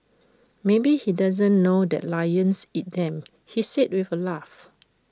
maybe he doesn't know that lions eat them he said with A laugh